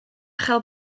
chael